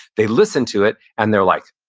they listen to it and they're like,